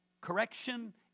correction